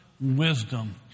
wisdom